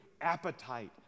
appetite